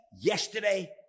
yesterday